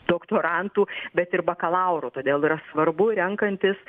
doktorantų bet ir bakalaurų todėl yra svarbu renkantis